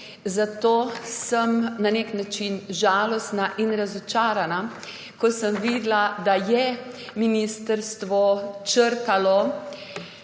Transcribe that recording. zato sem na nek način žalostna in razočarana, ko sem videla, da je ministrstvo črtalo